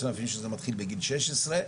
יש ענפים שזה מתחיל בגיל שש עשרה,